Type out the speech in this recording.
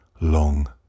long